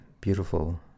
beautiful